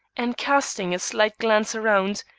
and casting a slight glance around,